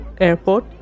airport